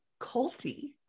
culty